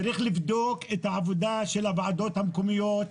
צריך לבדוק את העבודה של הוועדות המקומיות,